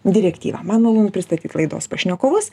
direktyvą man malonu pristatyt laidos pašnekovus